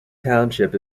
township